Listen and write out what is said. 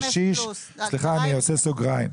סליחה, אני פותח סוגריים: